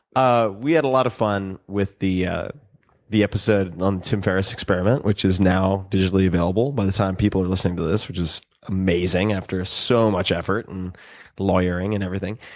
ah we had a lot of fun with the ah the episode on tim farris experiment, which is now digitally available, by the time people are listening to this, which is amazing, after so much effort and lawyering, and everything.